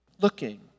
looking